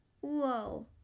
whoa